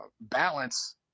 balance